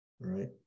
Right